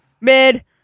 Mid